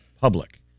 public